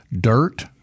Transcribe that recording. dirt